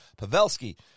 Pavelski